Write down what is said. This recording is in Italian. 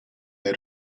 dei